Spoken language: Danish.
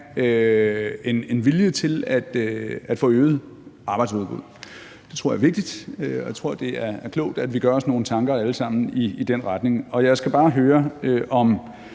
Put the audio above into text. en vilje til at få øget arbejdsudbuddet. Det tror jeg er vigtigt, og jeg tror, det er klogt, at vi alle sammen gør os nogle tanker i den retning. Og jeg skal bare høre, om